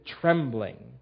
trembling